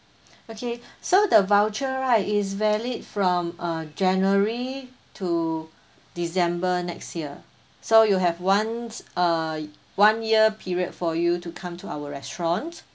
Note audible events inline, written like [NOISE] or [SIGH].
okay [BREATH] so the voucher right is valid from uh january to december next year so you have once uh one year period for you to come to our restaurant